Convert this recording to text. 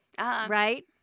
right